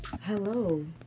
Hello